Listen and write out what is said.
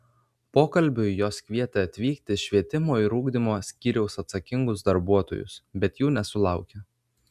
pokalbiui jos kvietė atvykti švietimo ir ugdymo skyriaus atsakingus darbuotojus bet jų nesulaukė